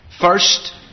first